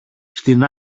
στην